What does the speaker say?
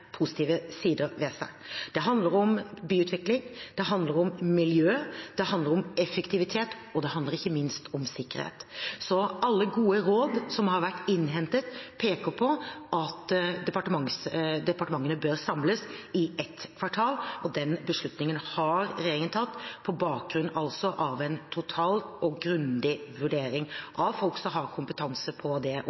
positive sider ved seg. Det handler om byutvikling, miljø, effektivitet, og ikke minst handler det om sikkerhet. Så alle gode råd som har vært innhentet, peker på at departementene bør samles i ett kvartal. Den beslutningen har regjeringen tatt på bakgrunn av en total og grundig vurdering utført av folk som har kompetanse på det